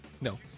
No